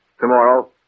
tomorrow